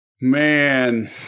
Man